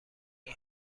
این